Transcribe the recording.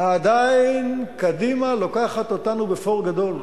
עדיין קדימה לוקחת אותנו ב"פור" גדול.